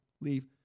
Leave